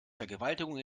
vergewaltigung